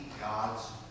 God's